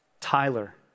Tyler